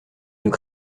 nous